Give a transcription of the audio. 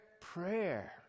prayer